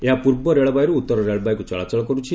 ଏହା ପୂର୍ବ ରେଳବାଇରୁ ଉତ୍ତର ରେଳବାଇକୁ ଚଳାଚଳ କର୍ଛି